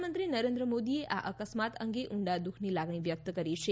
પ્રધાનમંત્રી નરેન્દ્ર મોદીએ આ અકસ્માત અંગે ઉંડા દુઃખની લાગણી વ્યકત કરી છે